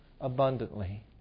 abundantly